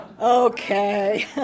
Okay